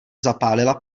zapálila